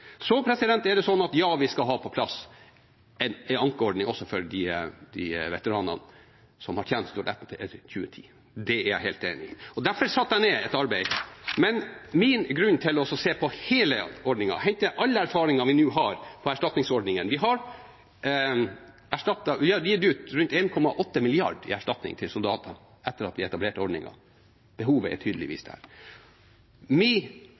Ja, vi skal ha på plass en ankeordning også for de veteranene som har tjenestegjort etter 2010. Det er jeg helt enig i. Derfor satte jeg i gang et arbeid. Men min grunn til å se på hele ordningen, hente alle erfaringene vi nå har med erstatningsordningen – vi har gitt ut rundt 1,8 mrd. kr i erstatning til soldater etter at vi etablerte ordningen, behovet er